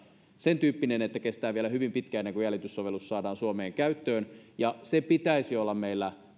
sen tyyppinen että kestää vielä hyvin pitkään ennen kuin jäljityssovellus saadaan suomeen käyttöön sen pitäisi olla meillä